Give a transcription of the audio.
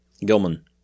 Gilman